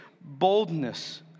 boldness